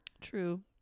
True